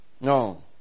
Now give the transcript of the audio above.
No